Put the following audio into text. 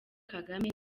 kagame